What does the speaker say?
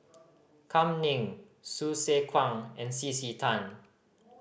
Kam Ning Hsu Tse Kwang and C C Tan